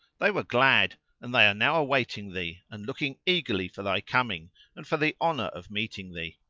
they were glad and they are now awaiting thee and looking eagerly for thy coming and for the honour of meeting thee.